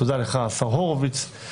תודה לך, השר הורוביץ.